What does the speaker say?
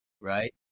right